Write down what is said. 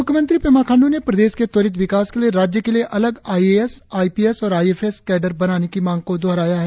मुख्यमंत्री पेमा खांडू ने प्रदेश के त्वरित विकास के लिए राज्य के लिए अलग आईएएस आईपीएस और आईएफएस कैडर बनाने की मांग को दोहराहा है